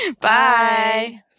Bye